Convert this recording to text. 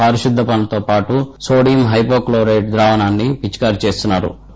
పారిశుద్య పనులతో పాటు నోడియం హైడ్రోక్లోరైడ్ ద్రావణాన్ని పిచికారి చేస్తున్నా రు